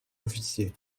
officiers